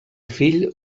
fill